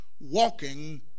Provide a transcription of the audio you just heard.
walking